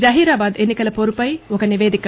జహీరాబాద్ ఎన్ని కల పోరుపై ఒక నిపేదిక